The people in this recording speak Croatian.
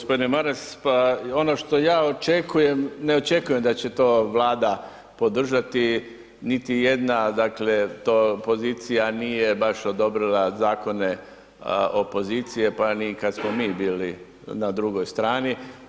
Hvala lijepo. g. Maras, pa ono što ja očekujem, ne očekujem da će to Vlada podržati, niti jedna, dakle to pozicija nije baš odobrila zakone opozicije, pa ni kad smo mi bili na drugoj strani.